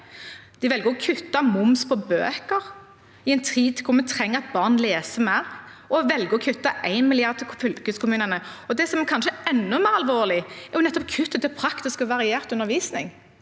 De velger å kutte moms på bøker, i en tid hvor vi trenger at barn leser mer. Og de velger å kutte én milliard til fylkeskommunene. Det som kanskje er enda mer alvorlig, er kuttet til praktisk og variert undervisning.